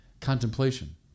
contemplation